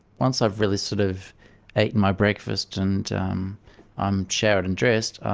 once i've really sort of eaten my breakfast and um i'm showered and dressed,